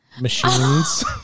machines